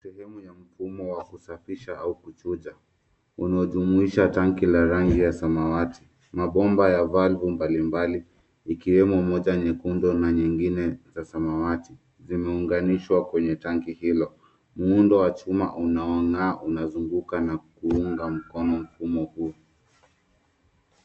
Sehemu ya mfumo wa kusafisha au kuchuja unaojumuisha tangi la rangi ya samawati, mabomba ya valve mbalimbali ikiwemo moja nyekundu na nyingine ya samawati zimeunganishwa kwenye tangi hilo. Muundo wa chuma unaong'aa umezunguka na kuunga mkono mfumo huo.